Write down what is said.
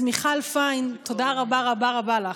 אז מיכל פיין, תודה רבה רבה רבה לך.